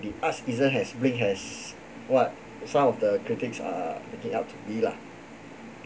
the arts isn't as big as what some of the critics are making it up to be lah